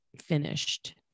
finished